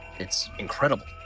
it's incredible.